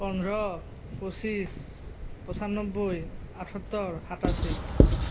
পোন্ধৰ পঁচিছ পঞ্চানব্বৈ আঠসত্তৰ সাতাশী